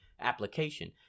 application